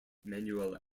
manual